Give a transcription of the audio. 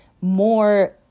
more